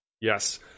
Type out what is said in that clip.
Yes